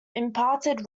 imparted